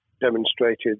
demonstrated